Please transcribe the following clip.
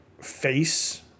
face